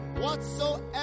whatsoever